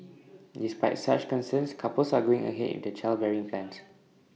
despite such concerns couples are going ahead in their childbearing plans